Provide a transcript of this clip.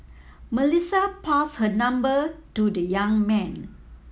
Melissa passed her number to the young man